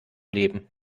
leben